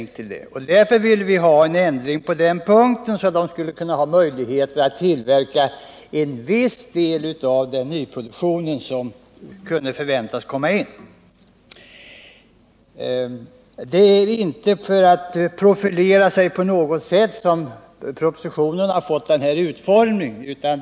Vi ville därför få en ändring på den punkten och ge varvet möjlighet att tillverka en viss del av den nyproduktion som kunde förväntas komma till stånd. Det är inte för att folkpartiet skall profilera sig på något sätt som propositionen har fått den utformning den har.